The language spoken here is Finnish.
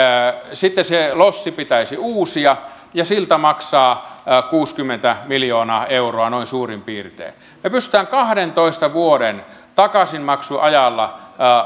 sitten se lossi pitäisi uusia ja silta maksaa kuusikymmentä miljoonaa euroa noin suurin piirtein me pystymme kahdentoista vuoden takaisinmaksuajalla